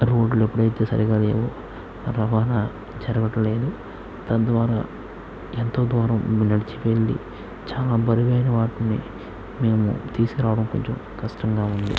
రోడ్లు ఎప్పుడైతే సరిగ్గా లేవో రవాణా జరగట్లేదు తద్వారా ఎంతో దూరం నడిచి వెళ్ళి చాలా బరువైన వాటిని మేము తీసుకురావడం కొంచం కష్టంగా ఉంది